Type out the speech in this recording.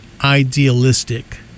idealistic